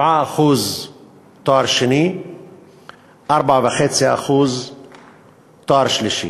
7% לתואר שני ו-4.5% לתואר שלישי.